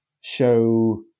show